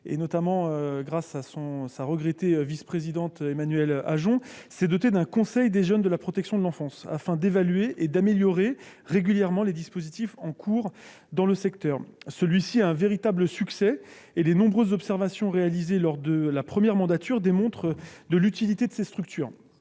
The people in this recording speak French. notamment grâce à sa regrettée vice-présidente Emmanuelle Ajon, s'est doté d'un conseil des jeunes de la protection de l'enfance, afin d'évaluer et d'améliorer régulièrement les dispositifs en cours dans le secteur. Celui-ci rencontre un véritable succès, et les nombreuses observations réalisées lors de la première mandature démontrent l'utilité de ces structures.